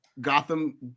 Gotham